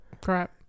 crap